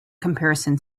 comparison